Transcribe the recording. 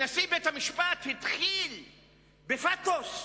נשיא בית-המשפט התחיל בפתוס,